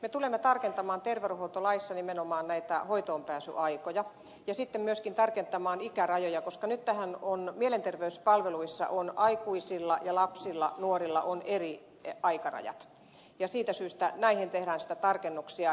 me tulemme tarkentamaan terveydenhuoltolaissa nimenomaan näitä hoitoonpääsyaikoja ja sitten myöskin tarkentamaan ikärajoja koska nyt mielenterveyspalveluissa on aikuisilla ja lapsilla nuorilla eri aikarajat ja siitä syystä näihin tehdään sitten tarkennuksia